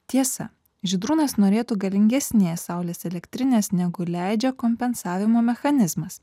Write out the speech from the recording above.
tiesa žydrūnas norėtų galingesnės saulės elektrinės negu leidžia kompensavimo mechanizmas